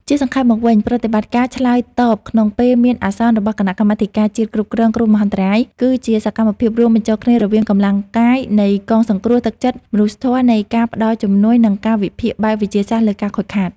ជាសង្ខេបមកវិញ ប្រតិបត្តិការឆ្លើយតបក្នុងពេលមានអាសន្នរបស់គណៈកម្មាធិការជាតិគ្រប់គ្រងគ្រោះមហន្តរាយ គឺជាសកម្មភាពរួមបញ្ចូលគ្នារវាងកម្លាំងកាយនៃកងសង្គ្រោះ ទឹកចិត្តមនុស្សធម៌នៃការផ្តល់ជំនួយ និងការវិភាគបែបវិទ្យាសាស្ត្រលើការខូចខាត។